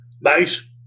nice